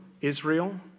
Israel